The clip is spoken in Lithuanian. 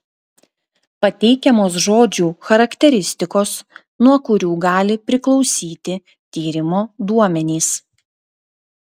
pateikiamos žodžių charakteristikos nuo kurių gali priklausyti tyrimo duomenys